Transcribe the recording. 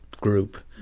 group